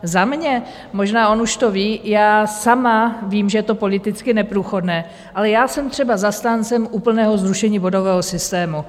Za mě možná on už to ví, já sama vím, že je to politicky neprůchodné ale já jsem třeba zastáncem úplného zrušení bodového systému.